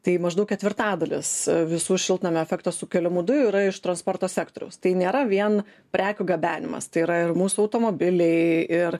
tai maždaug ketvirtadalis visų šiltnamio efektą sukeliamų dujų yra iš transporto sektoriaus tai nėra vien prekių gabenimas tai yra ir mūsų automobiliai ir